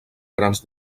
grans